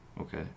Okay